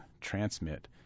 transmit